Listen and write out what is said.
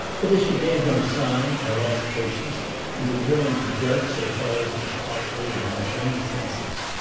but as she gave no sign i lost patience and determined to judge so far as was possible with my own senses.